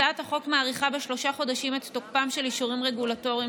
הצעת החוק מאריכה בשלושה חודשים את תוקפם של אישורים רגולטוריים